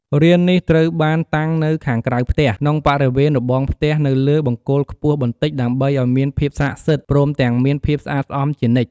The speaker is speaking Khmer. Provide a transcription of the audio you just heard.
រាននេះត្រូវបានតាំងនៅខាងក្រៅផ្ទះ ក្នុងបរិវេណរបងផ្ទះនៅលើបង្គោលខ្ពស់បន្តិចដើម្បីឲ្យមានភាពស័ក្តិសិទ្ធិព្រមទាំងមានភាពស្អាតស្អំជានិច្ច។